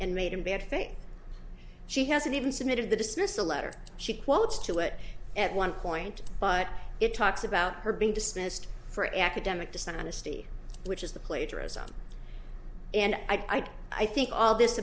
and made a bad thing she hasn't even submitted the dismissal letter she quotes to it at one point but it talks about her being dismissed for academic dishonesty which is the plagiarism and i think i think all this